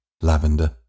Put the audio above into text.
lavender